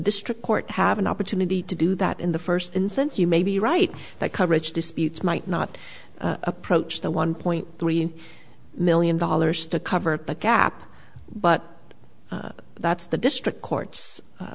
district court have an opportunity to do that in the first instance you may be right that coverage disputes might not approach the one point three million dollars to cover the gap but that's the district court's